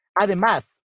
Además